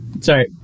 sorry